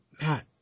Matt